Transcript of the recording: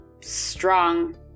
strong